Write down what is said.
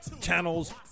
channels